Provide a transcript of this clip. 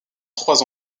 trois